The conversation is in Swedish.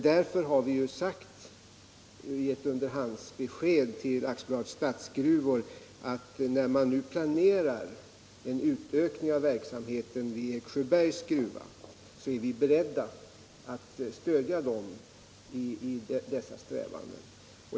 Därför har vi sagt i ett underhandsbesked till AB Statsgruvor att vi, när man nu planerar en utökning av verksamheten vid Yxsjöbergs gruva, är beredda att stödja dem i dessa strävanden.